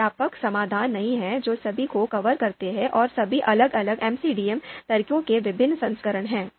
एक व्यापक समाधान नहीं है जो सभी को कवर करता है और सभी अलग अलग एमसीडीए तरीकों के विभिन्न संस्करण हैं